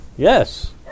Yes